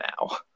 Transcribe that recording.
now